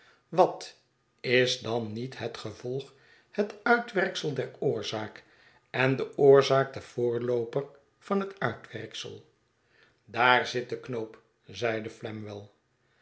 wat is dan niet het gevolg het uitwerksel der oorzaak en de oorzaak de voorlooper van het uitwerksel daar zit de knoop zeide flamwell